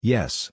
Yes